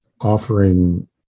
offering